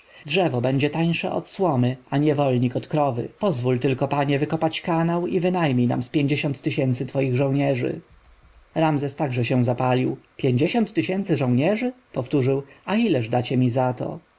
drzewo będzie tańsze od słomy a niewolnik od krowy pozwól tylko panie wykopać kanał i wynajmij nam z pięćdziesiąt tysięcy twoich żołnierzy ramzes także się zapalił pięćdziesiąt tysięcy żołnierzy powtórzył a ileż dacie mi za to